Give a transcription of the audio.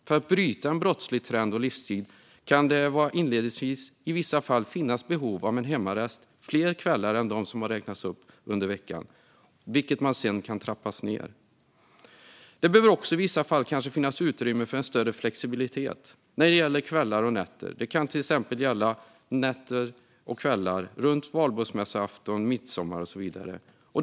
För att bryta en brottslig trend och livsstil kan det inledningsvis i vissa fall finnas behov av hemarrest fler kvällar under veckan än dem som har räknats upp - detta kan sedan trappas ned. I vissa fall kanske det också behöver finnas utrymme för en större flexibilitet när det gäller kvällar och nätter. Det kan till exempel gälla nätter och kvällar runt valborgsmässoafton, midsommar och så vidare.